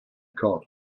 cough